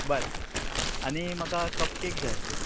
बरें आनी म्हाका कपकेक जाय आसलें